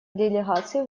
делегаций